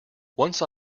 once